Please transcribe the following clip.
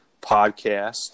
podcast